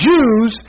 Jews